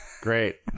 Great